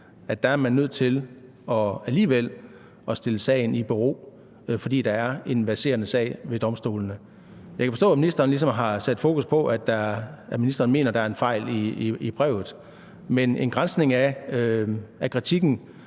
side, er man nødt til alligevel at stille sagen i bero, fordi der er en verserende sag ved domstolene. Jeg kan forstå, at ministeren ligesom har sat fokus på, at han mener, at der er fejl i brevet, men en granskning af kritikken